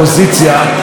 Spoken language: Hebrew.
היא באה ושואלת,